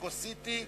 התש"ע 2010,